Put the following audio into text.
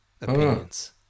opinions